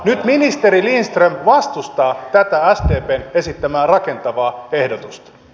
nyt ministeri lindström vastustaa tätä sdpn esittämää rakentavaa ehdotusta